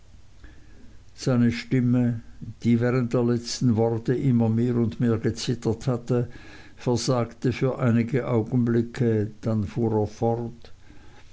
seine stimme die während der letzten worte immer mehr und mehr gezittert hatte versagte für einige augenblicke dann fuhr er fort